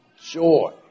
joy